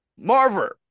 Marver